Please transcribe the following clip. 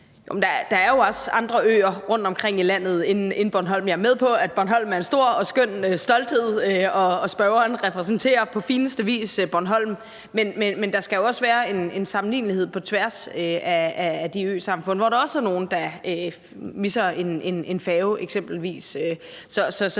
Der er jo også andre øer rundtomkring i landet end Bornholm. Jeg er med på, at Bornholm er en stor og stolt skønhed, og spørgeren repræsenterer på fineste vis Bornholm, men der skal også være en sammenlignelighed på tværs i forhold til de andre øsamfund, hvor der også er nogle, der eksempelvis misser